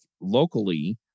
locally